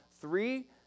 Three